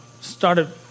started